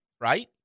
right